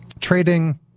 trading